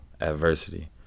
adversity